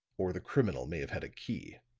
or the criminals may have had a key.